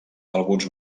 alguns